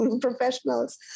professionals